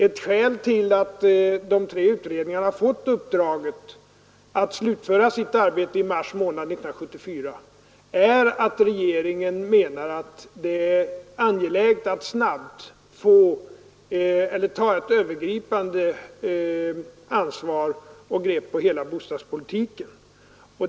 Ett skäl till att de tre utredningarna fått uppdraget att slutföra sitt arbete i mars månad 1974 är att regeringen menar att det är angeläget att snabbt ha ett övergripande ansvar och grepp på hela bostadspolitiken.